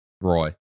roy